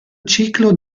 ciclo